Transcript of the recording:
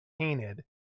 painted